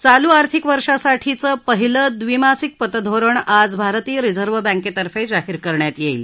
चालू आर्थिक वर्षांसाठीचं पहिलं द्विमासिक पतधोरण आज भारतीय रिझर्व्ह बँकेतफॅ जाहीर करण्यात येईल